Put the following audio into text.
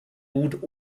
gut